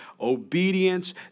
obedience